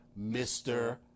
Mr